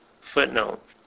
Footnote